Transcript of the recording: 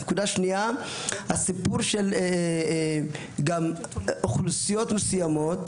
נקודה שנייה היא הסיפור של אוכלוסיות מסוימות,